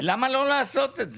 למה לא לעשות את זה?